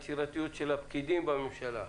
יצירתיות של הפקידים בממשלה,